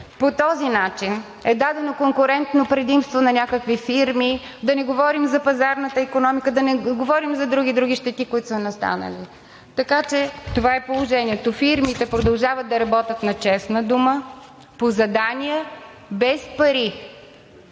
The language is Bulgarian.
По този начин е дадено конкурентно предимство на някакви фирми, да не говорим за пазарната икономика, да не говорим за други щети, които са настанали, така че това е положението. Фирмите продължават да работят на честна дума по задания, без пари.